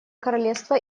королевство